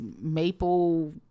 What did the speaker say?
maple